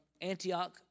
Antioch